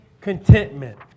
contentment